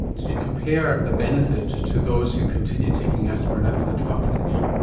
did you compare the benefit to those who continued taking aspirin after the trial finished?